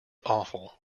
awful